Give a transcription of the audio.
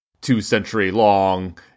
two-century-long